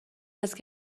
است